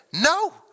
no